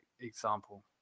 example